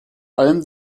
allem